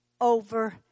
over